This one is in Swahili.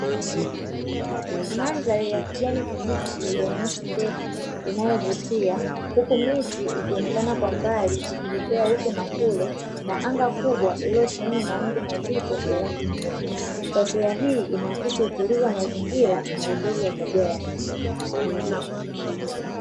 Mandhari ya kijani kibichi ya nyasi ndefu inayovutia huku miti ikionekana kwa mbali ikipepea huku na kule na anga kubwa lililosheheni mawingu mazito ya rangi nyeupe. Taswira hii inaakisi utulivu wa mazingira na uzuri wa tabia ya nchi.